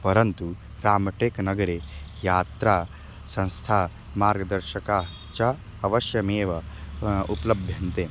परन्तु रामटेक् नगरे यात्रा संस्था मार्गदर्शका च अवश्यमेव उपलभ्यन्ते